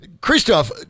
Christoph